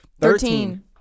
Thirteen